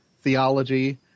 theology